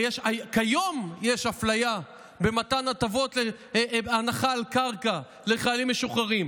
הרי כיום יש אפליה במתן הנחה על קרקע לחיילים משוחררים,